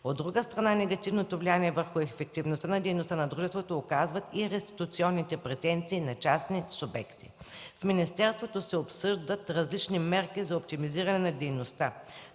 От друга страна, негативното влияние върху ефективността на дейността на дружеството оказват и реституционните претенции на частни субекти. В министерството се обсъждат различни мерки за оптимизиране на дейността